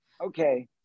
okay